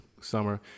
summer